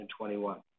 2021